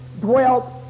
dwelt